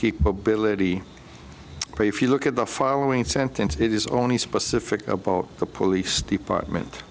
keep ability but if you look at the following sentence it is only specific about the police department